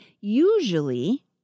usually